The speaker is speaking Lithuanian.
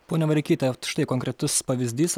ponia vareikyte štai konkretus pavyzdys